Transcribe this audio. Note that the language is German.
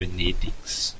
venedigs